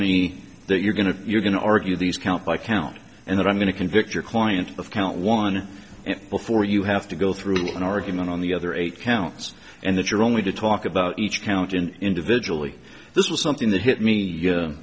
me that you're going to you're going to argue these count by count and that i'm going to convict your client of count one before you have to go through an argument on the other eight counts and that you're only to talk about each count in individually this was something that hit